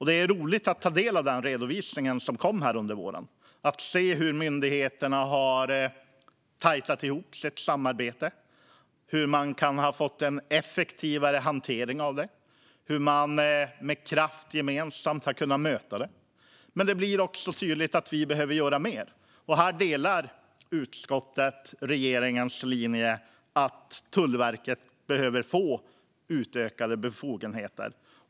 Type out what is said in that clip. Det är roligt att ta del av den redovisning som kom under våren och att se hur myndigheterna har börjat samarbeta närmare, fått en effektivare hantering och med kraft gemensamt har kunnat möta detta. Men det blir också tydligt att vi behöver göra mer. Här delar utskottet regeringens linje att Tullverket behöver få utökade befogenheter.